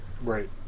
right